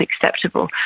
acceptable